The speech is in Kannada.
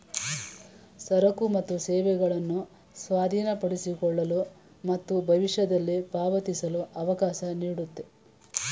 ಸರಕು ಮತ್ತು ಸೇವೆಗಳನ್ನು ಸ್ವಾಧೀನಪಡಿಸಿಕೊಳ್ಳಲು ಮತ್ತು ಭವಿಷ್ಯದಲ್ಲಿ ಪಾವತಿಸಲು ಅವಕಾಶ ನೀಡುತ್ತೆ